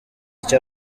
icyo